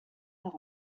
par